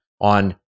on